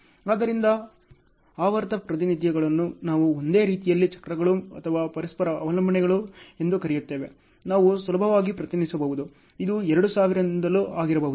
ಆದ್ದರಿಂದ ಆವರ್ತಕ ಪ್ರಾತಿನಿಧ್ಯಗಳನ್ನು ನಾವು ಒಂದು ರೀತಿಯಲ್ಲಿ ಚಕ್ರಗಳು ಅಥವಾ ಪರಸ್ಪರ ಅವಲಂಬನೆಗಳು ಎಂದು ಕರೆಯುತ್ತೇವೆ ನಾವು ಸುಲಭವಾಗಿ ಪ್ರತಿನಿಧಿಸಬಹುದು ಇದು 2000 ರಿಂದಲೂ ಆಗಿರಬಹುದು